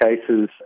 cases